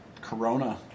corona